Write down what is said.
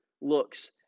looks